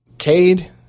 Cade